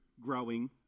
growing